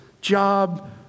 job